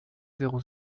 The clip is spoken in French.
zéro